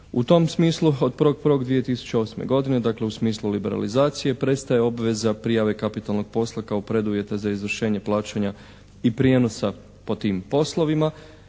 U tom smislu od 1.1.2008. godine, dakle u smislu liberalizacije prestaje obveza prijave kapitalnog posla kao preduvjeta za izvršenje plaćanja i prijenosa po tim poslovima.